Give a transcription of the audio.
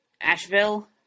Asheville